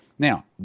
Now